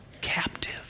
captive